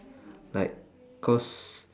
like cause